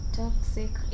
toxic